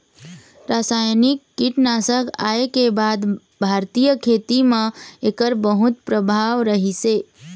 रासायनिक कीटनाशक आए के बाद भारतीय खेती म एकर बहुत प्रभाव रहीसे